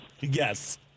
Yes